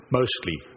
mostly